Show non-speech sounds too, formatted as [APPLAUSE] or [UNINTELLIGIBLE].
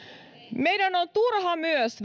meidän on turha myös [UNINTELLIGIBLE]